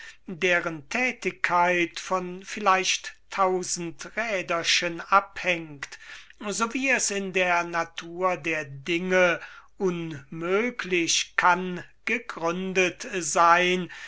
deren thätigkeit von vielleicht tausend räderchen abhänget so wie es in der natur der dinge unmöglich kann gegründet seyn